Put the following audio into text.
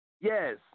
yes